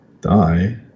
die